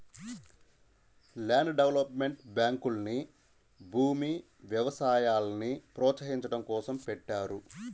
land development బ్యాంకుల్ని భూమి, వ్యవసాయాల్ని ప్రోత్సహించడం కోసం పెట్టారు